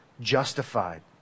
justified